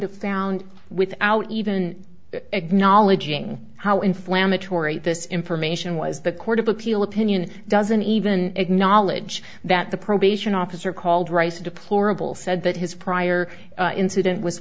have found without even acknowledging how inflammatory this information was the court of appeal opinion doesn't even acknowledge that the probation officer called rice deplorable said that his prior incident w